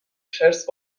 خرس